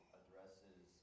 addresses